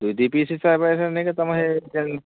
ଦୁଇ ଦୁଇ ପିସ୍ ହିସାବେ ହେ ନେକଏଁ ତମେ ହେ ଯେନ୍